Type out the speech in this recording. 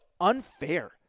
unfair